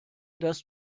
dass